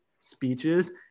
speeches